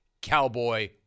Cowboy